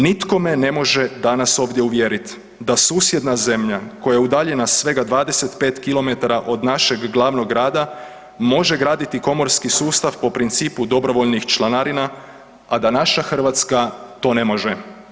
Nitko me ne može danas ovdje uvjeriti da susjedna zemlja koja je udaljena svega 25km od našeg glavnog grada, može graditi komorski sustav po principu dobrovoljnih članarina, a da naša Hrvatska to ne može.